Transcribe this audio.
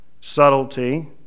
subtlety